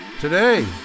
Today